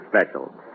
special